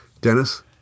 Dennis